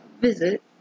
Visit